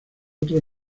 otros